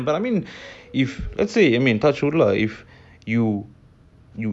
crazy man but I mean if let's say you mean touch wood lah if you